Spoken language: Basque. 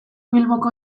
bilboko